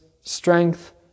strength